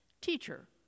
teacher